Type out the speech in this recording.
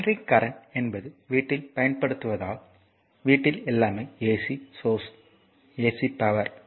alternating current என்பது வீட்டில் பயன்படுத்தப்படுவதால் வீட்டில் எல்லாமே ஏசி சோர்ஸ் ஏசி பவர்